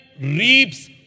reaps